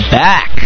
back